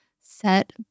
set